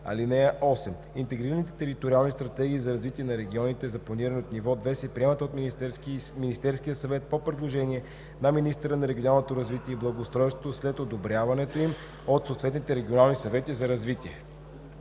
(8) Интегрираните териториални стратегии за развитие на регионите за планиране от ниво 2 се приемат от Министерския съвет по предложение на министъра на регионалното развитие и благоустройството след одобрението им от съответните регионални съвети за развитие.“